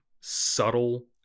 subtle